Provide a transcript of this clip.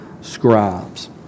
scribes